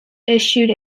issued